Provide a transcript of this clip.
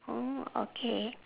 orh okay